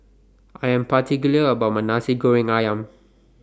I Am particular about My Nasi Goreng Ayam